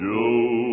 Joe